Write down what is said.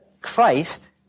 Christ